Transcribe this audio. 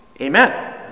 Amen